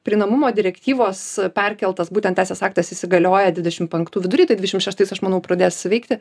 prieinamumo direktyvos perkeltas būtent teisės aktas įsigalioja dvidešimt penktų vidury tai dvidešimt šeštais aš manau pradės veikti